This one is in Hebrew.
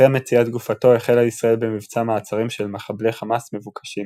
אחרי מציאת גופתו החלה ישראל במבצע מעצרים של מחבלי חמאס מבוקשים.